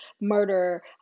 murder